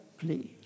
Please